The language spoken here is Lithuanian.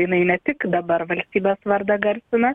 jinai ne tik dabar valstybės vardą garsina